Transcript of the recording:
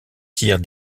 tire